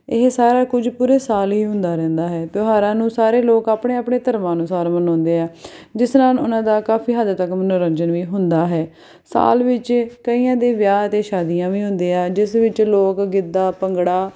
ਇਹ ਸਾਰਾ ਕੁਝ ਪੂਰੇ ਸਾਲ ਹੀ ਹੁੰਦਾ ਰਹਿੰਦਾ ਹੈ ਤਿਉਹਾਰਾਂ ਨੂੰ ਸਾਰੇ ਲੋਕ ਆਪਣੇ ਆਪਣੇ ਧਰਮਾਂ ਅਨੁਸਾਰ ਮਨਾਉਂਦੇ ਆ ਜਿਸ ਨਾਲ ਉਹਨਾਂ ਦਾ ਕਾਫੀ ਹੱਦ ਤੱਕ ਮਨੋਰੰਜਨ ਵੀ ਹੁੰਦਾ ਹੈ ਸਾਲ ਵਿੱਚ ਕਈਆਂ ਦੇ ਵਿਆਹ ਅਤੇ ਸ਼ਾਦੀਆਂ ਵੀ ਹੁੰਦੀਆਂ ਜਿਸ ਵਿੱਚ ਲੋਕ ਗਿੱਧਾ ਭੰਗੜਾ